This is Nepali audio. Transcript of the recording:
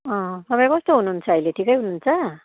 अँ तपाईँ कस्तो हुनुहुन्छ अहिले ठिकै हुनुहुन्छ